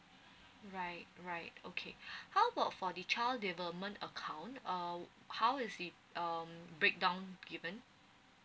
right right okay how about for the child development account um how is the um breakdown given